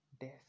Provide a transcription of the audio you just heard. Death